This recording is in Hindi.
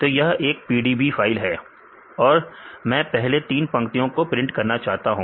तो यह एक PDB फाइल है और मैं पहले तीन पंक्तियों को प्रिंट करना चाहता हूं